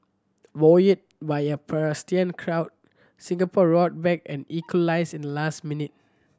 buoyed by a partisan crowd Singapore roared back and equalized in the last minute